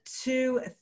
two